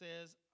says